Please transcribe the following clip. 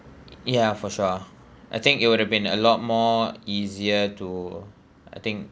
ya for sure I think it would have been a lot more easier to I think